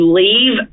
leave